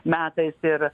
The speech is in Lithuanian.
metais ir